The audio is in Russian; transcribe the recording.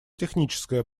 техническая